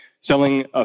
selling